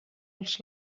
els